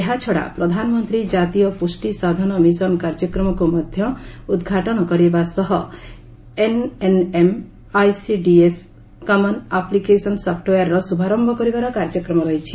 ଏହାଛଡ଼ା ପ୍ରଧାନମନ୍ତ୍ରୀ ଜାତୀୟ ପୁଷ୍ଟି ସାଧନ ମିଶନ କାର୍ଯ୍ୟକ୍ରମକୁ ମଧ୍ୟ ଉଦ୍ଘାଟନ କରିବା ସହ ଏନ୍ଏନ୍ଏମ୍ ଆଇସିଡିଏସ୍ କମନ୍ ଆପ୍ଲିକେସନ୍ ସଫୁଓୟାରର ଶୁଭାରମ୍ଭ କରିବାର କାର୍ଯ୍ୟକ୍ରମ ରହିଛି